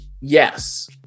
yes